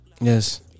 Yes